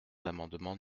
l’amendement